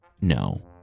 no